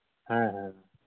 ᱦᱮᱸ ᱦᱮᱸ ᱦᱮᱸ